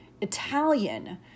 italian